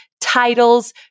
titles